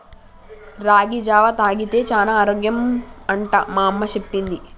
రాగి జావా తాగితే చానా ఆరోగ్యం అంట మా అమ్మ చెప్పింది